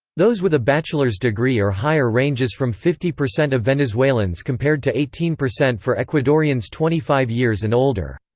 those with a bachelor's degree or higher ranges from fifty percent of venezuelans compared to eighteen percent for ecuadorians twenty five years and older.